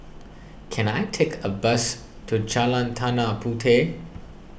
can I take a bus to Jalan Tanah Puteh